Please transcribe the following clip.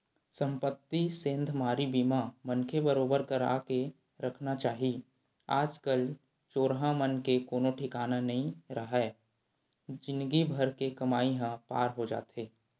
संपत्ति सेंधमारी बीमा मनखे बरोबर करा के रखना चाही आज कल चोरहा मन के कोनो ठिकाना नइ राहय जिनगी भर के कमई ह पार हो जाथे